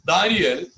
Daniel